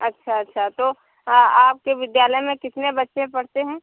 अच्छा अच्छा तो आपके विद्यालय में कितने बच्चे पढ़ते हैं